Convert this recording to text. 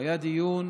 היה דיון,